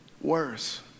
worse